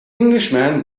englishman